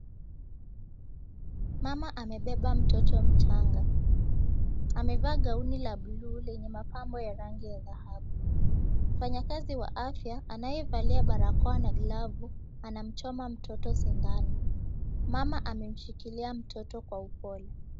Mama amebeba mtoto mchanga. Amevaa gauni la buluu lenye mapambo ya rangi ya dhahabu. Mfanyakazi wa afya anayevalia barakoa na glavu anamchoma mtoto sindani. Mama amemshikilia mtoto kwa upole.